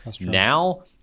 Now